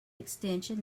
extension